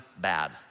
bad